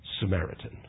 Samaritan